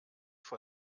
vor